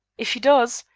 if he does,